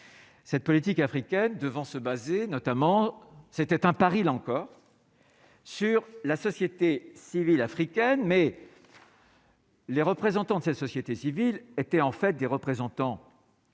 Cette politique africaine devant se baser notamment, c'était un pari l'encore sur la société civile africaine mais. Les représentants de cette société civile étaient en fait des représentants, comment